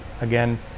again